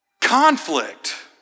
conflict